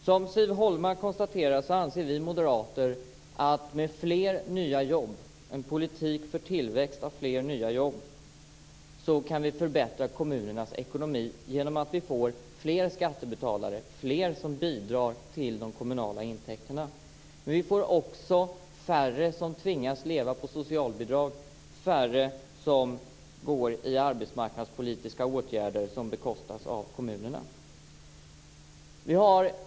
Som Siv Holma konstaterar anser vi moderater att med fler nya jobb och en politik för tillväxt kan kommunernas ekonomi förbättras genom att det blir fler skattebetalare, fler som bidrar till de kommunala intäkterna. Det blir också färre som tvingas att leva på socialbidrag och färre i sådana arbetsmarknadspolitiska åtgärder som bekostas av kommunerna.